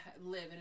live